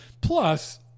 plus